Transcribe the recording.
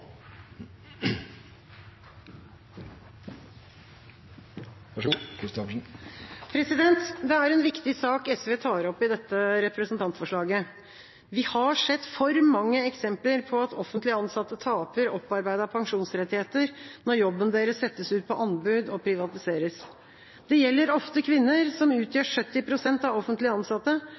en viktig sak SV tar opp i dette representantforslaget. Vi har sett for mange eksempler på at offentlig ansatte taper opparbeidede pensjonsrettigheter når jobben deres settes ut på anbud og privatiseres. Det gjelder ofte kvinner, som utgjør 70 pst. av offentlig ansatte,